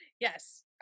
Yes